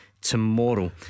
tomorrow